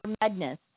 madness